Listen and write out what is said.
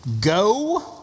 Go